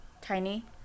Tiny